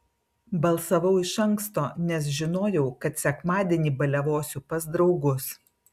balsavau iš anksto nes žinojau kad sekmadienį baliavosiu pas draugus